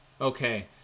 Okay